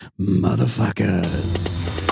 motherfuckers